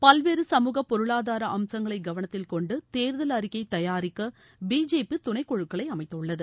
பல்வேறு சமூக பொருளாதார அம்சங்களை கவனத்தில் கொண்டு தேர்தல் அறிக்கையை தயாரிக்க பிஜேபி துணைக் குழுக்களை அமைத்துள்ளது